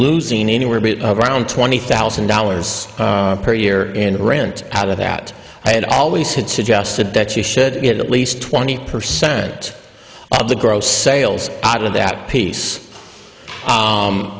losing anywhere around twenty thousand dollars per year in rent out of that i had always had suggested that you should at least twenty percent of the gross sales out of that piece